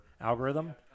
algorithm